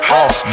off